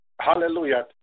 hallelujah